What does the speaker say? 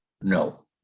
No